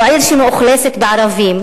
או עיר שמאוכלסת בערבים,